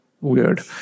weird